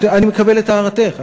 אני מקבל את הערתך,